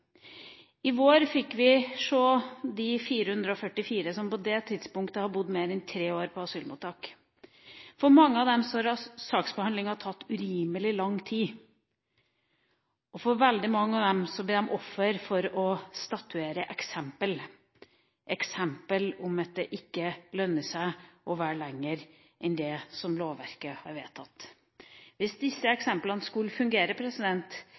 I vår fikk vi se de 444 som på det tidspunktet hadde bodd mer enn tre år på asylmottak. For mange av dem har saksbehandlinga tatt urimelig lang tid, og veldig mange av dem blir et offer for å statuere et eksempel, et eksempel på at det ikke lønner seg å være lenger enn det som lovverket har vedtatt. Hvis disse eksemplene skulle fungere,